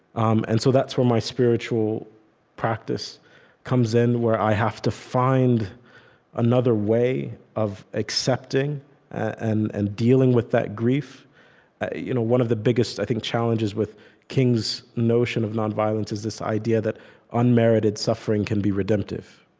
um and so that's where my spiritual practice comes in, where i have to find another way of accepting and and dealing with that grief you know one of the biggest, i think, challenges with king's notion of nonviolence is this idea that unmerited suffering can be redemptive.